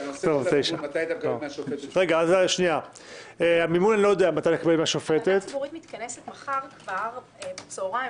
הוועדה הציבורית מתכנסת מחר בצהריים.